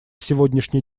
сегодняшний